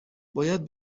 باید